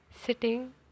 sitting